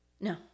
No